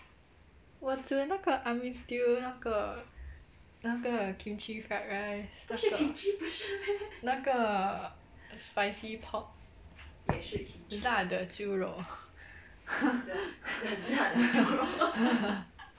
我煮那个 army stew 那个那个 kimchi fried rice 那个那个 spicy pork 很辣的猪肉